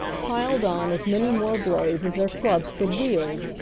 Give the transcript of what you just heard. piled on as many more blows as their clubs could wield.